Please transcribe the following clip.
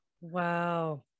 wow